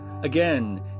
again